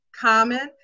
Common